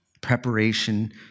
Preparation